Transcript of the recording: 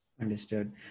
Understood